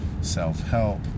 self-help